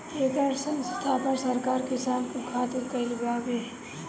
एकर स्थापना सरकार किसान कुल खातिर कईले बावे